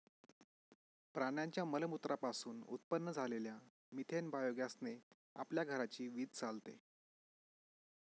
प्राण्यांच्या मलमूत्रा पासून उत्पन्न झालेल्या मिथेन बायोगॅस ने आपल्या घराची वीज चालते